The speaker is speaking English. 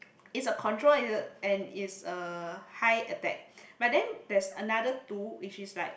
it's a control it's a and it's a high attack but then there's another two which is like